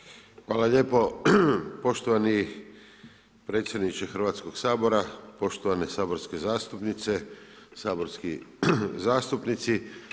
Hvala lijepo poštovani predsjedniče Hrvatskog sabora, poštovane saborske zastupnici, saborski zastupnici.